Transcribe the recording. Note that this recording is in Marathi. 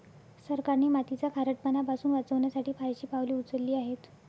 सरकारने मातीचा खारटपणा पासून वाचवण्यासाठी फारशी पावले उचलली आहेत